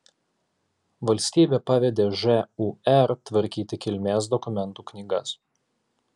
valstybė pavedė žūr tvarkyti kilmės dokumentų knygas